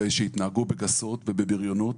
ושהתנהגו בגסות ובבריונות.